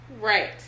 Right